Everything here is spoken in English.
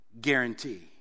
guarantee